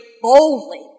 boldly